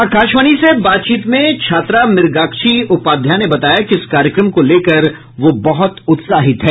आकाशवाणी से बातचीत में छात्रा मुगाग्क्षी उपाध्याय ने बताया कि इस कार्यक्रम को लेकर वह बहुत उत्साहित हैं